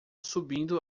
subindo